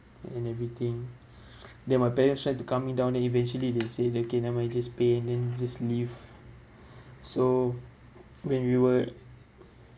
and everything then my parents tried to calm me down then eventually they say they okay never mind just pay and then just leave so when we were